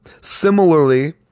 Similarly